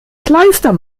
kleister